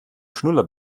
schnuller